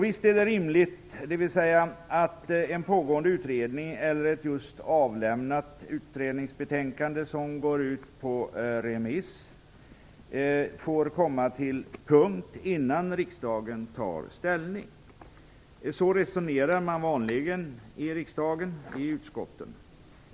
Visst är det rimligt att en pågående utredning eller ett just avlämnat utredningsbetänkande som går ut på remiss får komma till punkt innan riksdagen tar ställning. Så resonerar man vanligen i utskotten i riksdagen.